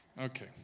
Okay